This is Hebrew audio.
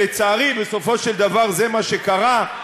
כשלצערי בסופו של דבר זה מה שקרה,